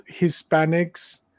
Hispanics